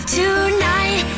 tonight